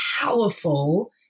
powerful